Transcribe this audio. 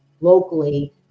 locally